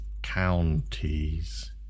counties